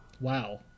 Wow